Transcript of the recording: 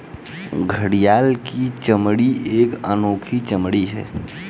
घड़ियाल की चमड़ी एक अनोखी चमड़ी है